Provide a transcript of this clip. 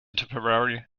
tipperary